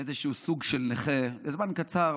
לאיזשהו סוג של נכה לזמן קצר.